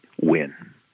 win